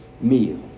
meal